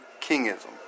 kingism